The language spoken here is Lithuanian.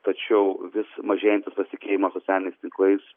tačiau vis mažėjantis pasitikėjimas socialiniais tinklais